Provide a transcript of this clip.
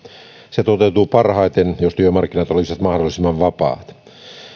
se toteutuu parhaiten jos työmarkkinat olisivat mahdollisimman vapaat